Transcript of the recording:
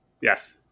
Yes